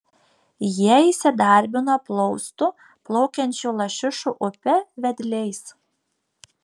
jie įsidarbino plaustų plaukiančių lašišų upe vedliais